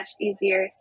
easier